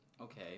Okay